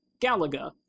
Galaga